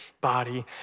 body